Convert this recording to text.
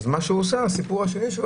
ההמשך הוא שהוא הלך לשופט,